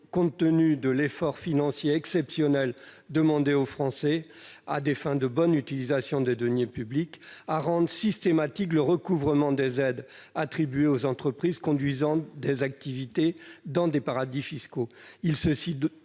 compte tenu de l'effort financier exceptionnel demandé aux Français, et à des fins de bonne utilisation des deniers publics, à rendre systématique le recouvrement des aides attribuées aux entreprises ayant des activités dans des paradis fiscaux.